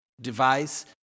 device